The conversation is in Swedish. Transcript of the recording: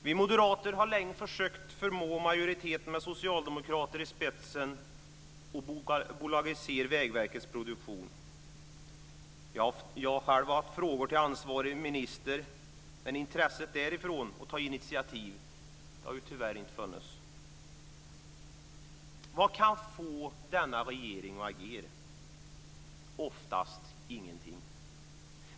Vi moderater har länge försökt förmå majoriteten med socialdemokrater i spetsen att bolagisera Vägverket Produktion. Jag själv har haft frågor till ansvarig minister, men intresset för att ta initiativ därifrån har tyvärr inte funnits. Vad kan få denna regering att agera? Oftast ingenting.